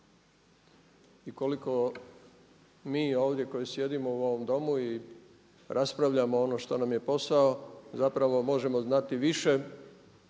I koliko mi ovdje koji sjedimo u ovom domu i raspravljamo ono što nam je posao zapravo možemo znati više